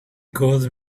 called